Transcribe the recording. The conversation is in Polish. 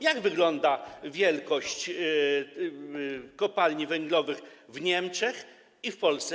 Jak wygląda wielkość kopalni węglowych w Niemczech i w Polsce?